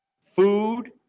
food